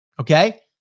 Okay